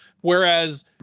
Whereas